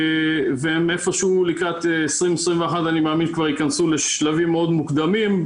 והן איפה שהוא לקראת 2021 אני מאמין שכבר ייכנסו לשלבים מאוד מוקדמים.